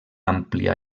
àmplia